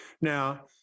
Now